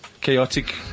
chaotic